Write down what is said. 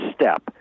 step